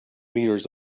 meters